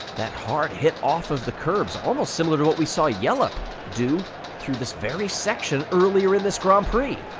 that hard hit off of the curbs almost similar to what we saw yella do through this very section earlier in this grand prix.